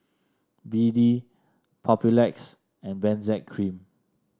B D Papulex and Benzac Cream